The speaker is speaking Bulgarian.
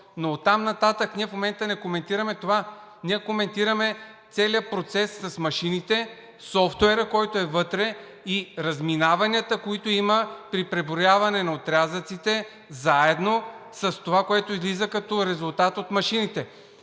Но оттам нататък в момента не коментираме това, ние коментираме целия процес с машините, софтуера, който е вътре, и разминаванията, които има при преброяване на отрязъците, заедно с това, което излиза като резултат от машините.